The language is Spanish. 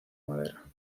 madera